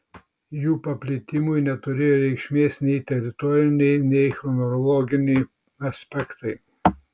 jų paplitimui neturėjo reikšmės nei teritoriniai nei chronologiniai aspektai